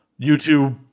YouTube